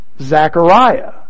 Zechariah